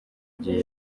gihe